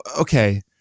okay